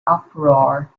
uproar